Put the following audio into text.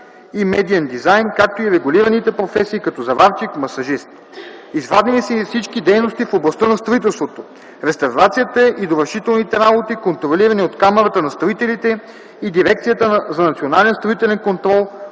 и медиен дизайн, както и регулираните професии като заварчик, масажист. Извадени са и всички дейности в областта на строителството, реставрацията и довършителните работи, контролирани от Камарата на строителите и Дирекцията за национален строителен контрол